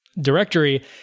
directory